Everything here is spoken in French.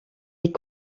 est